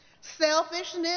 selfishness